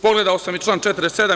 Pogledao sam i član 47.